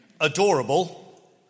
adorable